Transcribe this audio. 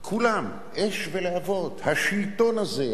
כולם אש ולהבות: השלטון הזה,